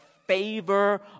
favor